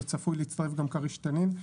וצפוי להצטרף גם כריש-תנין.